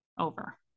over